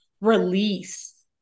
release